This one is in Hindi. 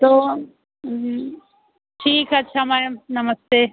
तो ठीक है अच्छा मैम नमस्ते